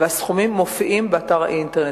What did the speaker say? והסכומים מופיעים באתר האינטרנט,